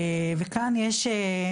וכאן יש,